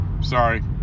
sorry